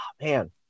man